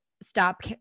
stop